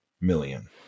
million